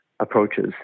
approaches